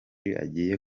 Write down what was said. agiye